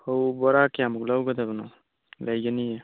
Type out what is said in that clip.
ꯐꯧ ꯕꯣꯔꯥ ꯀꯌꯥꯃꯨꯛ ꯂꯧꯒꯗꯕꯅꯣ ꯂꯩꯒꯅꯤꯌꯦ